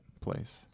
place